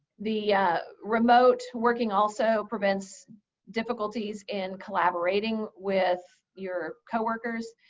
the remote working also prevents difficulties in collaborating with your co-workers.